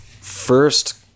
first